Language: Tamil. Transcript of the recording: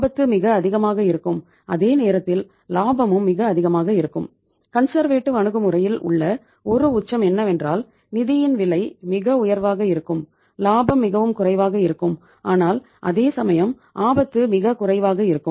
ஆபத்து மிக அதிகமாக இருக்கும் அதே நேரத்தில் லாபமும் மிக அதிகமாக இருக்கும்